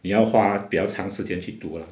你要花比较长时间去读 lah